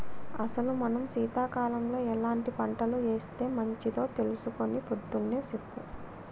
అసలు మనం సీతకాలంలో ఎలాంటి పంటలు ఏస్తే మంచిదో తెలుసుకొని పొద్దున్నే సెప్పు